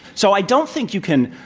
so i don't think you can